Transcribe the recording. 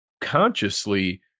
consciously